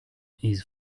his